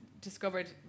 discovered